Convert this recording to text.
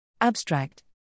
Abstract